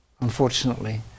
unfortunately